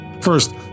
First